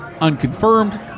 unconfirmed